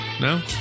No